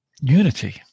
unity